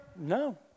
No